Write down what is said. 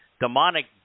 demonic